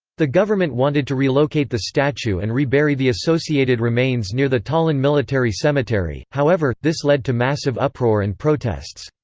the government wanted to relocate the statue and rebury the associated remains near the tallinn military cemetery however, this led to massive uproar and protests.